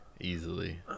easily